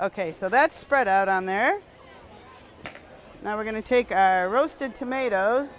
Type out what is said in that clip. ok so that's spread out on there now we're going to take a roasted tomatoes